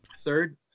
Third